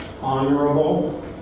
honorable